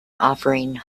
offering